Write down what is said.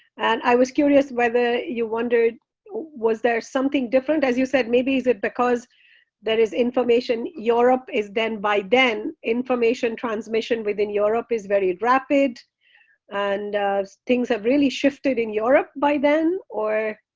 and i was curious whether you wondered was there something different? as you said, maybe is it because there is information, europe is then by then information transmission within europe is very rapid and things have really shifted in europe by then, or.